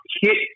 hit